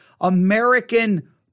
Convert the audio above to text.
American